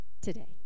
today